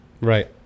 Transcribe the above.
Right